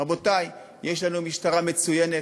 רבותי, יש לנו משטרה מצוינת,